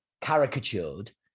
caricatured